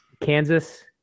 Kansas